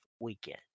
weekend